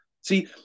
See